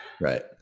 right